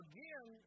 Again